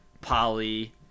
Polly